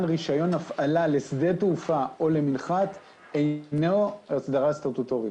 רישיון הפעלה לשדה תעופה או למנחת אינו הסדרה סטטוטורית.